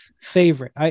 favorite